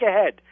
ahead